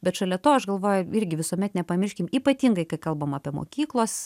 bet šalia to aš galvoju irgi visuomet nepamirškim ypatingai kai kalbama apie mokyklos